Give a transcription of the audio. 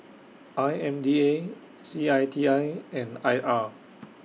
I M D A C I T I and I R